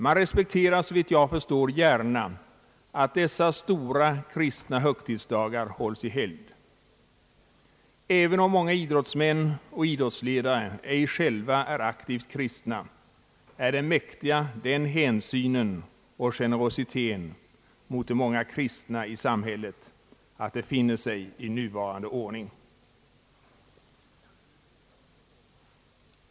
Man respekterar, såvitt jag förstår, gärna att dessa stora kristna högtidsdagar hålls i helgd. Även om många idrottsmän och idrottsledare ej själva är aktivt kristna är de mäktiga den hänsynen och generositeten mot de många kristna i samhället att de finner sig i nuvarande ordning.